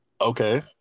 Okay